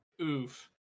oof